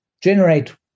generate